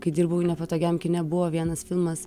kai dirbau nepatogiam kine buvo vienas filmas